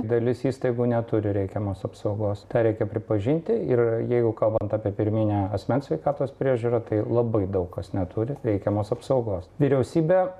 dalis įstaigų neturi reikiamos apsaugos tą reikia pripažinti ir jeigu kalbant apie pirminę asmens sveikatos priežiūrą tai labai daug kas neturi reikiamos apsaugos vyriausybė